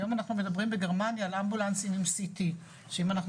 היום אנחנו מדברים בגרמניה על אמבולנסים עם C.T. שאם אנחנו